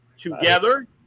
together